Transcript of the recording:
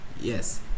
yes